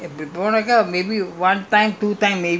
I only vegetarian [one] I'm very very